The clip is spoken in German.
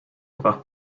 brach